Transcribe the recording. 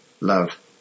Love